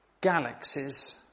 galaxies